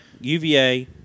UVA